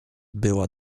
była